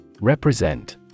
Represent